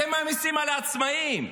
אתם מעמיסים על העצמאים,